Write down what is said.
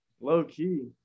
Low-key